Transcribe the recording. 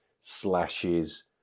slashes